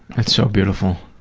it's so beautiful.